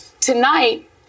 Tonight